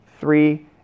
Three